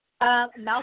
Malcolm